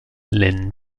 les